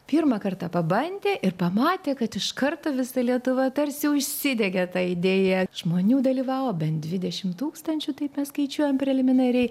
pirmą kartą pabandė ir pamatė kad iš karto visa lietuva tarsi užsidegė ta idėja žmonių dalyvavo bent dvidešimt tūkstančių taip mes skaičiuojam preliminariai